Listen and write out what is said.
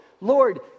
Lord